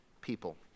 people